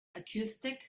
acoustics